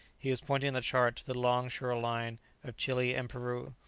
he was pointing on the chart to the long shore-line of chili and peru.